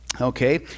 Okay